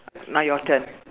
now your turn